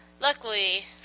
luckily